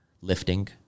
lifting